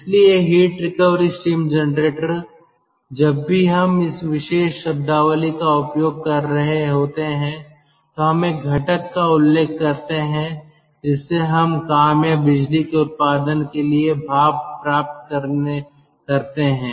इसलिए heat recovery steam generator जब भी हम इस विशेष शब्दावली का उपयोग कर रहे होते हैं तो हम एक घटक का उल्लेख करते हैं जिससे हम काम या बिजली के उत्पादन के लिए भाप प्राप्त करते हैं